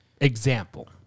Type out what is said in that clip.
example